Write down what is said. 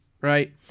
right